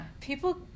People